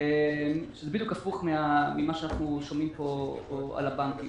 שזה בדיוק הפוך ממה שאנחנו שומעים פה על הבנקים.